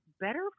better